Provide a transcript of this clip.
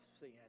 sin